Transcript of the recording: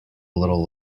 little